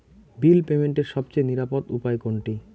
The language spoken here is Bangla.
বিল পেমেন্টের সবচেয়ে নিরাপদ উপায় কোনটি?